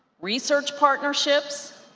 research partnerships,